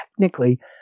technically